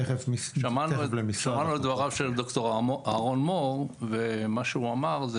שמענו את דבריו של ד"ר אהרון מור ומה שהוא אמר זה